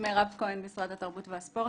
מירב כהן ממשרד התרבות והספורט.